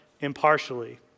impartially